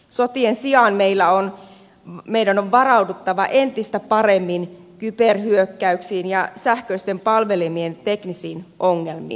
sotien sijaan meidän on varauduttava entistä paremmin kyberhyökkäyksiin ja sähköisten palvelimien teknisiin ongelmiin